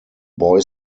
boy